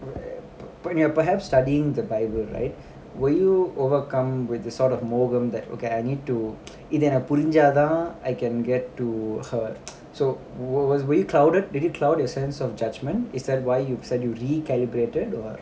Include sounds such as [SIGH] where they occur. eh per~ perhaps studying the bible right will you overcome with the sort of மோகம்:moogam that okay I need to இதுஎனக்குபுரிஞ்சாதான்:idhu enakku purinchathan I can get to hur~ [NOISE] so we~ we~ were you clouded did it cloud your sense of judgment is that why you said you recalibrated or [what]